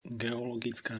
geologická